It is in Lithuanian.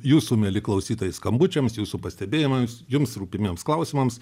jūsų mieli klausytojai skambučiams jūsų pastebėjimams jums rūpimiems klausimams